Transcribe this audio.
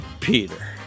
Peter